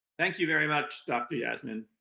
thank you very much, dr. yasmin.